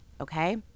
okay